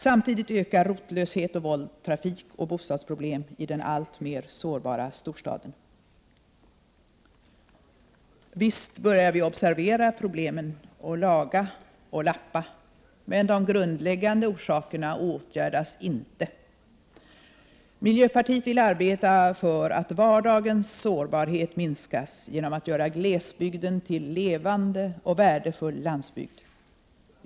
Samtidigt ökar rotlöshet och våld, trafikoch bostadsproblem i den alltmer sårbara storstaden. Visst börjar vi observera problemen och laga och lappa, men de grundläggande orsakerna åtgärdas inte. Miljöpartiet vill arbeta för att vardagens sårbarhet minskas genom att göra glesbygden till levande och värdefull landsbygd.